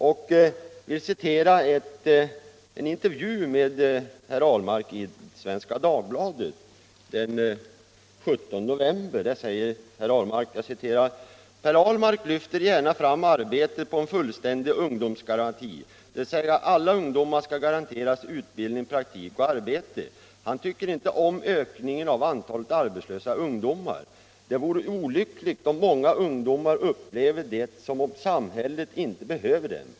Jag vill citera en intervju med herr Ahlmark i Svenska Dagbladet den 17 november, där det sägs: ”Per Ahlmark lyfter gärna fram arbetet på en fullständig ungdomsgaranti, dvs. alla ungdomar skall garanteras utbildning, praktik och arbete. Han tycker inte om ökningen av antalet arbetslösa ungdomar. —- Det vore olyckligt om många ungdomar upplever det som om samhället inte behöver dem.